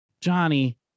Johnny